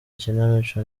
ikinamico